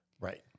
Right